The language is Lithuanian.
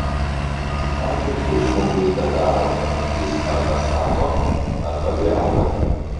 ugi ką tiktai žmogus bedaro jis arba stato arba griauna